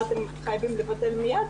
מה אתן מתחייבות לבטל מיד.